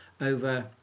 Over